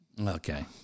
Okay